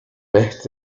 mes